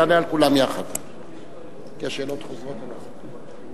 תענה לכולם יחד כי השאלות חוזרות על עצמן.